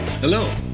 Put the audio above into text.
Hello